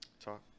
Talk